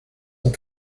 and